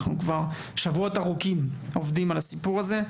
אנחנו כבר שבועות ארוכים עובדים על הסיפור הזה.